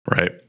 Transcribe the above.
Right